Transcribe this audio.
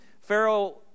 Pharaoh